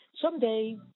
someday